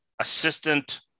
assistant